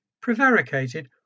prevaricated